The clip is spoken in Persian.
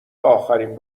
آخرین